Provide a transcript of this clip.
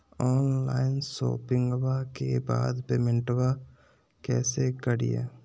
Online शोपिंग्बा के बाद पेमेंटबा कैसे करीय?